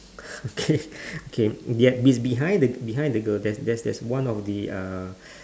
K okay be~ be~ behind behind the girl there's there's there's one of the uh